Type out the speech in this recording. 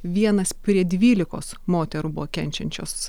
vienas prie dvylikos moterų buvo kenčiančios